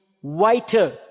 whiter